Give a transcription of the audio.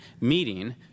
meeting